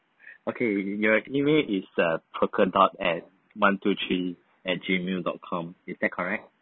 okay your email is the polka dot at one two three at gmail dot com is that correct